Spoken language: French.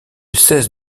cesse